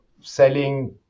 selling